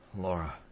Laura